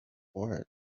forehead